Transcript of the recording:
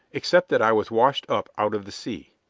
except that i was washed up out of the sea.